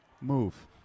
Move